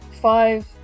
five